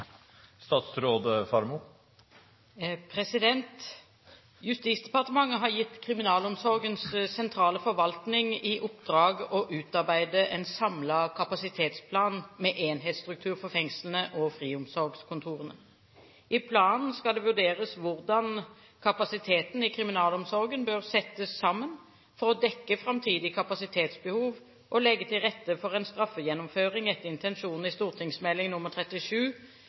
Justisdepartementet har gitt kriminalomsorgens sentrale forvaltning i oppdrag å utarbeide en samlet kapasitetsplan med enhetsstruktur for fengslene og friomsorgskontorene. I planen skal det vurderes hvordan kapasiteten i kriminalomsorgen bør settes sammen for å dekke framtidig kapasitetsbehov og legge til rette for en straffegjennomføring etter intensjonene i St.meld. nr. 37